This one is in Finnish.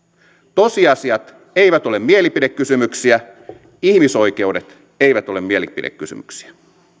tosiasiat eivät ole mielipidekysymyksiä ihmisoikeudet eivät ole mielipidekysymyksiä